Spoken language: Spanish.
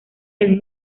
del